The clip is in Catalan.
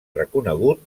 reconegut